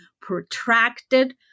protracted